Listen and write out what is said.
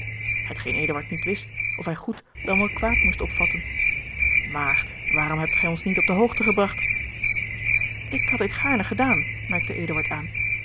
niet wist of hij goed dan wel kwaad moest opvatten maar waarom hebt gij ons niet op de hoogte gebragt ik had dit gaarne gedaan merkte eduard aan